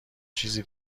چیزی